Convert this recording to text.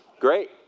great